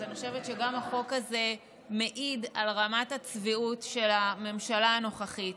אז אני חושבת שגם החוק הזה מעיד על רמת הצביעות של הממשלה הנוכחית.